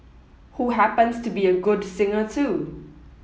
who happens to be a good singer too